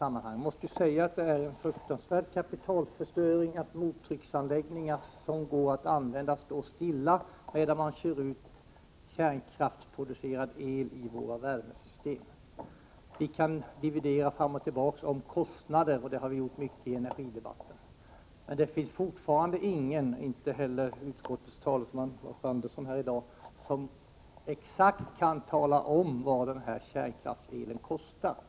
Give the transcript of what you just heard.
Jag måste säga att det är en fruktansvärd kapitalförstöring att mottrycksanläggningar som går att använda står stilla, medan man kör ut kärnkraftsproducerad el i våra värmesystem. Vi kan dividera fram och tillbaka om kostnaderna — det har vi gjort mycket i energidebatten —, men det finns fortfarande ingen, och det gäller även utskottets talesman Lars Andersson, som exakt kan tala om vad kärnkraftsdelen kostar.